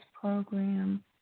program